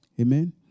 Amen